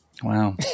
Wow